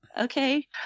Okay